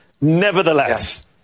Nevertheless